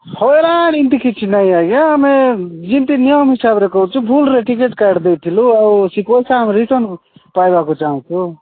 ହଇରାଣ ଏମିତି କିଛି ନାଇଁ ଆଜ୍ଞା ଆମେ ଯେମିତି ନିୟମ ହିସାବରେ କହୁଛୁ ଭୁଲ୍ରେ ଟିକେଟ୍ କାଟିଦେଇଥିଲୁ ଆଉ ସେ ପଇସା ଆମେ ରିଟର୍ନ୍ ପାଇବାକୁ ଚାହୁଁଛୁ